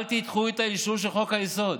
אל תדחו את האישור של חוק-היסוד,